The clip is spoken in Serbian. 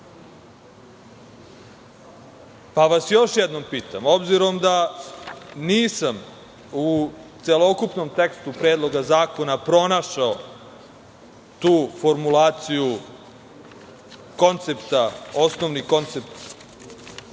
namera. Još jednom vas pitam, obzirom da nisam u celokupnom tekstu predloga zakona pronašao tu formulaciju koncepta, osnovni koncept